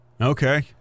Okay